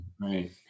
right